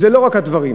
וזה לא רק הדברים,